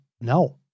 no